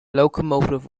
locomotive